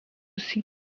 six